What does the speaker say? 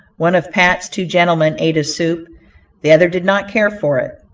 one of pat's two gentlemen ate his soup the other did not care for it.